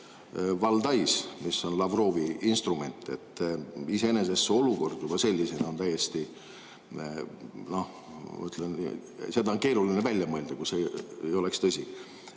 Valdais, mis on Lavrovi instrument. Iseenesest see olukord sellisena on täiesti … Seda oleks keeruline välja mõelda, kui see ei oleks tõsi.